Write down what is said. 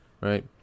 right